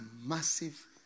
massive